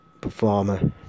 performer